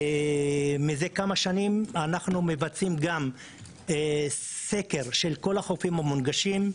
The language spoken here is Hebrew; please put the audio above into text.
מזה כמה שנים אנחנו מבצעים גם סקר של כל החופים המונגשים,